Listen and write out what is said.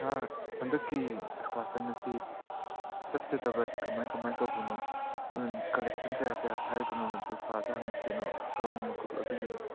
ꯁꯥꯔ ꯍꯟꯗꯛꯀꯤ ꯏꯁꯀꯥꯔꯁꯟ ꯑꯁꯤ ꯆꯠꯀꯗꯕꯁꯤ ꯀꯃꯥꯏ ꯀꯃꯥꯏ ꯇꯧꯕꯅꯣ ꯀꯂꯦꯛꯁꯟ ꯀꯌꯥ ꯀꯌꯥ ꯈꯥꯏꯕꯅꯣ ꯑꯗꯨ ꯁꯥꯔꯗ ꯍꯪꯉꯛꯀꯦꯅ ꯑꯗꯨꯒꯤꯅꯤꯗ